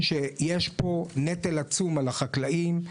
שיש פה נטל עצום על החקלאים.